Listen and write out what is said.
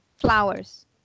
flowers